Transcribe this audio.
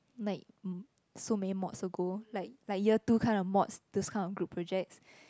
like m~ so many mods ago like like year two kind of mods these kind of group projects